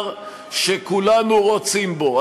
שכולנו רוצים בו.